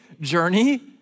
journey